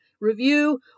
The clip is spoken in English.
review